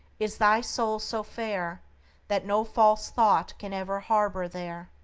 is thy soul so fair that no false thought can ever harbor there?